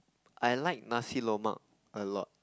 I like nasi-lemak a lot